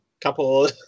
couple